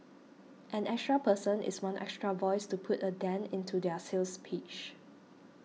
an extra person is one extra voice to put a dent into their sales pitch